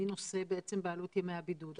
מי נושא בעלות ימי הבידוד,